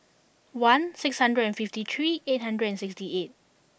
one six hundred and fifty three eight hundred and sixty eight